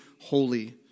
holy